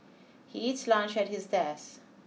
he eats lunch at his desk